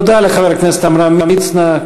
תודה לחבר הכנסת עמרם מצנע.